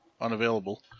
unavailable